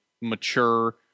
mature